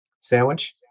sandwich